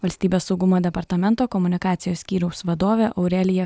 valstybės saugumo departamento komunikacijos skyriaus vadovė aurelija